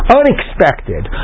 unexpected